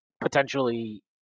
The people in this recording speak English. potentially